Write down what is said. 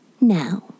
now